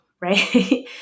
right